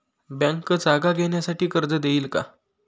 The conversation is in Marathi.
बँक जागा घेण्यासाठी कर्ज देईल का?